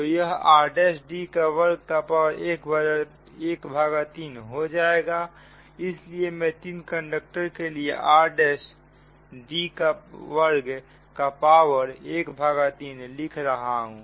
तो यह r'd का वर्ग का पावर ⅓ हो जाएगा इसलिए मैं तीन कंडक्टर के लिए r' d का वर्ग का पावर ⅓ लिख रहा हूं